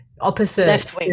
opposite